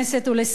אני רוצה,